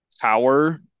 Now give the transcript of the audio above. power